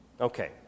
Okay